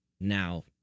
now